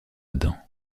adam